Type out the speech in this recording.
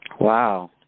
Wow